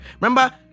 remember